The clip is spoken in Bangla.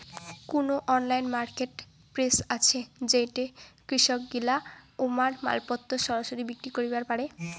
কুনো অনলাইন মার্কেটপ্লেস আছে যেইঠে কৃষকগিলা উমার মালপত্তর সরাসরি বিক্রি করিবার পারে?